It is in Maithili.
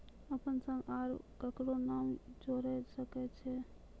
अपन संग आर ककरो नाम जोयर सकैत छी?